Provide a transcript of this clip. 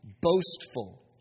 boastful